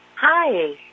Hi